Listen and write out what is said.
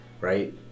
right